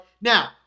Now